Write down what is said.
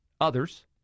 others